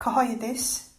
cyhoeddus